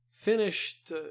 finished